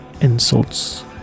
insults